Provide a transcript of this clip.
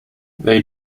they